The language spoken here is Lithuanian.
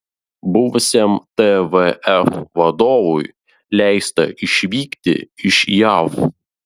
buvusiam tvf vadovui leista išvykti iš jav